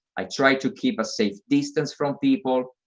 i try to keep a safe distance from people,